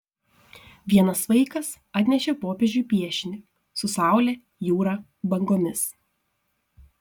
vienas vaikas atnešė popiežiui piešinį su saule jūra bangomis